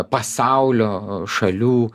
pasaulio šalių